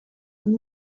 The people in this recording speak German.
und